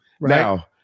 Now